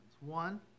One